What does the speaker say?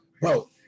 bro